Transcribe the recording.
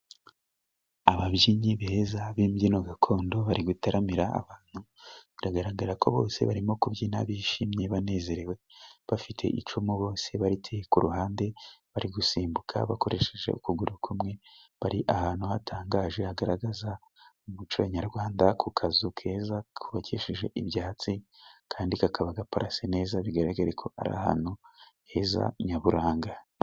Ababyinnyi beza b'imbyino gakondo bari gutaramira abantu, biragaragara ko bose barimo kubyina bishimye, banezerewe bafite icumu bose bari ku ruhande, bari gusimbuka bakoresheje ukuguru kumwe, bari ahantu hatangaje hagaragaza umuco nyarwanda ku kazu keza kubawukishije ibyatsi kandi kakaba gaparase neza, bigaragare ko ari ahantu heza nyaburanga.